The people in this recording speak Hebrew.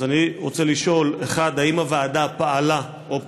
אז אני רוצה לשאול: 1. האם הוועדה פעלה או פועלת?